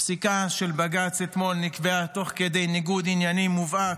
הפסיקה של בג"ץ אתמול נקבעה תוך כדי ניגוד עניינים מובהק,